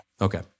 Okay